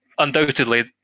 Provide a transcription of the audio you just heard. Undoubtedly